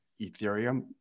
Ethereum